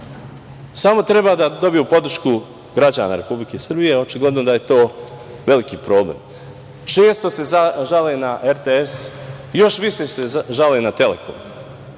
Samo treba da dobiju podršku građana Republike Srbije, očigledno da je to veliki problem. Često se žale na RTS, još više se žale na "Telekom".